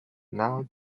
now